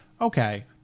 Okay